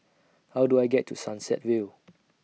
How Do I get to Sunset Vale